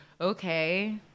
okay